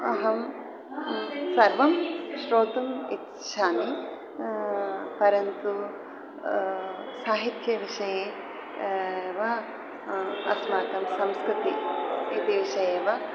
अहं सर्वं श्रोतुम् इच्छामि परन्तु साहित्यविषये वा अस्माकं संस्कृतिः इति विषये वा